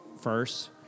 first